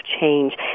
Change